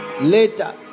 later